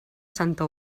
santa